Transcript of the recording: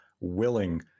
willing